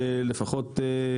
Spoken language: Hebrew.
שלפחות,